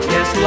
Yes